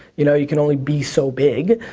you know you can only be so big,